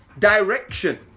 Direction